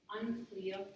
unclear